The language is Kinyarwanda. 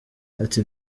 ati